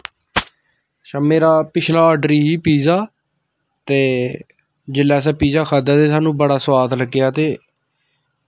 अच्छा मेरा पिछला आर्डर ही ड्री पिज्ज़ा ते जिसलै असें पिज्ज़ा खाद्धा ते सानूं बड़ा सोआद लग्गेआ ते